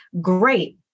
great